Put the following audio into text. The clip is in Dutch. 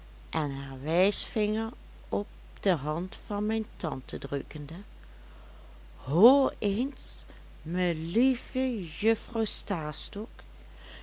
en haar wijsvinger op de hand van mijn tante drukkende hoor eens me lieve juffrouw